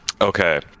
Okay